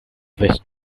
this